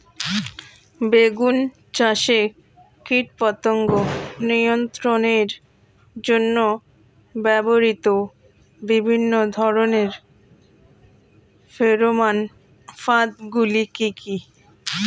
বেগুন চাষে কীটপতঙ্গ নিয়ন্ত্রণের জন্য ব্যবহৃত বিভিন্ন ধরনের ফেরোমান ফাঁদ গুলি কি কি?